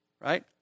right